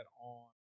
on